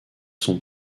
son